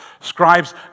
scribes